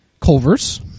Culver's